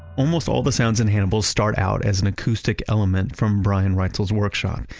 almost all the sounds in hannibal start out as an acoustic element from brian reitzell's workshop.